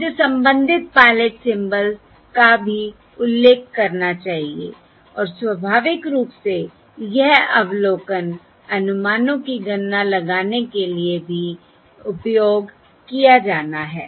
मुझे संबंधित pilot symbols का भी उल्लेख करना चाहिए और स्वाभाविक रूप से यह अवलोकन अनुमानों की गणना लगाने के लिए भी उपयोग किया जाना है